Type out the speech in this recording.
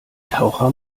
taucher